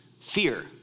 Fear